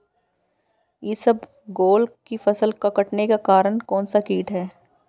इसबगोल की फसल के कटने का कारण कौनसा कीट है?